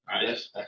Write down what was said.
Yes